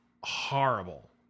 horrible